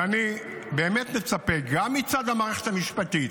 ואני באמת מצפה, גם מצד המערכת המשפטית